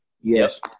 Yes